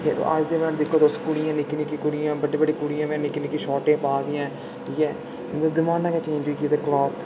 अज्ज दिक्खो तुस कुड़ियां निक्की निक्की कुड़ियां बड़ी बड़ी कुड़ियां निक्के निक्के शार्ट ड्रैस पा दियां ठीक ऐ जमाना गै चेंज होई गेदा